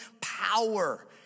power